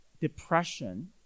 depression